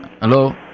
hello